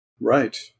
Right